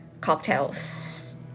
cocktails